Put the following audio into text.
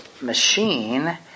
machine